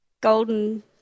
Golden